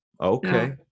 okay